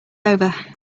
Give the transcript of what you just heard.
over